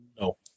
no